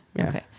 okay